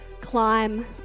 climb